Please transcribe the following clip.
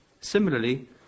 Similarly